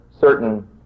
certain